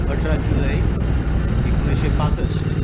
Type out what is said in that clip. अठरा जुलय एकुणशें बासश्ट